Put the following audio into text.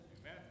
amen